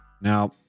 Now